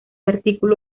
artículo